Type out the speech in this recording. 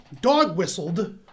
dog-whistled